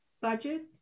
budget